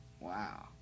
wow